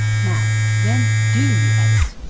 now, when do you edit?